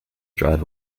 drive